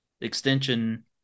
extension